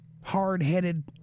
hard-headed